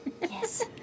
Yes